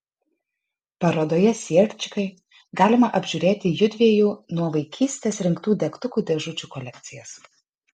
parodoje sierčikai galima apžiūrėti judviejų nuo vaikystės rinktų degtukų dėžučių kolekcijas